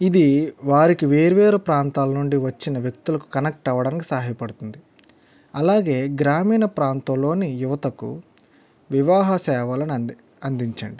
ఇది వారికి వేరు వేరు ప్రాంతాలనుండి వచ్చిన వ్యక్తులకు కనక్ట్ అవ్వాటానికి సహాయపడుతుంది అలాగే గ్రామీణ ప్రాంతంలోని యువతకు వివాహ సేవలను అంది అందించండి